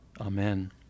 Amen